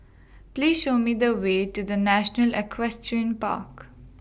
Please Show Me The Way to The National Equestrian Park